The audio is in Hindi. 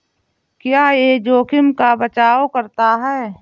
क्या यह जोखिम का बचाओ करता है?